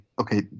okay